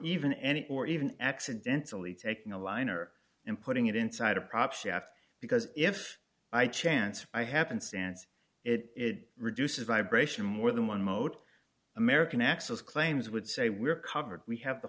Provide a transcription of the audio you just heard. any or even accidentally taking a liner and putting it inside a prop shaft because if i chance by happenstance it reduces vibration more than one mode american axle's claims would say we're covered we have the